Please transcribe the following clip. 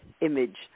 image